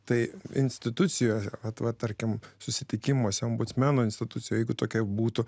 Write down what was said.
tai institucijos vat tarkim susitikimuose ombudsmeno institucijoj jeigu tokia būtų